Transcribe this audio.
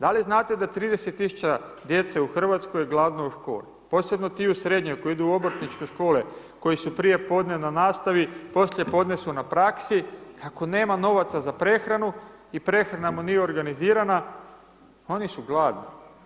Da li znate da 30000 djece u Hrvatskoj je gladno u školi, posebno ti u srednjoj, koji idu u obrtničke škole, koji su prije podne na nastavi, poslije podne su na praksi, ako nema novaca za prehranu i prehrana mu nije organizirana, oni su gladni.